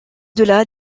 delà